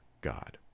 God